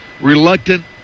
reluctant